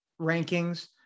rankings